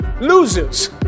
loses